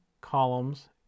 columns